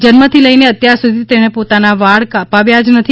જન્મથી લઈને અત્યારસુધી તેણે પોતાના વાળ કપાવ્યા જ નથી